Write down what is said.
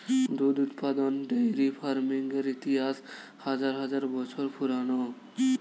দুধ উৎপাদন dairy farming এর ইতিহাস হাজার হাজার বছর পুরানো